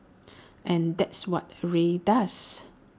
and that's what Rae does